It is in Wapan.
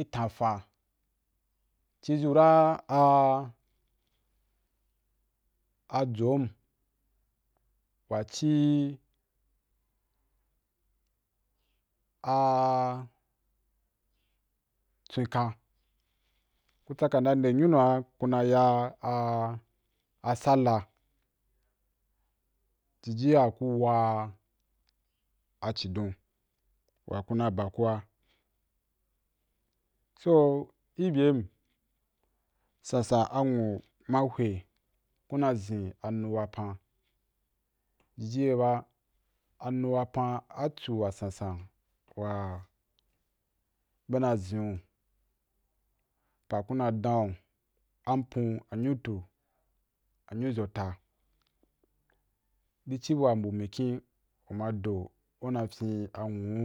i tan fa, ci zu ra a ajom wa a ci twenkan ku tsaka na nde nyunu’a ku na ya a a sallah jiji a ku wa a chidon wa ku na ba ku a, so i mbyam sansan anwu ma hwe ku na zin anu wapan jiji ye ba anu wapan atsu wa sansan wa be na zin, pa ku na dan apun, anyutu, aryuz ota i ci bua mbu mikyin u ma do una fyin a nwu